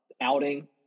outing